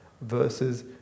versus